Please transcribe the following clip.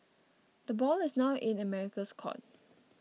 the ball is now in America's court